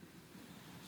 אחד